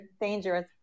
Dangerous